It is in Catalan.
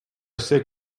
ser